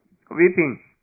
weeping